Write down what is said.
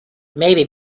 maybe